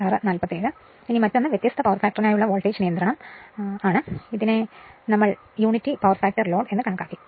ഇപ്പോൾ മറ്റൊന്ന് വ്യത്യസ്ത പവർ ഫാക്ടറിനായുള്ള വോൾട്ടേജ് റെഗുലേഷൻ എക്സ്പ്രഷനാണ് കേസ് 1 ഞങ്ങൾ യൂണിറ്റി പവർ ഫാക്ടർ ലോഡ് എന്ന് കണക്കാക്കി